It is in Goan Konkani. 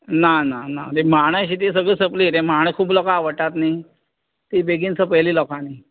ना ना ना ते म्हानां आशिल्ली ती सगळी सोंपली ते म्हानां खूब लोकां आवडटात न्ही ती बेगीन सोंपयली लोकांनी